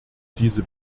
diese